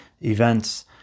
events